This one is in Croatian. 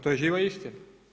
To je živa istina.